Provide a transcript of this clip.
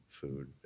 food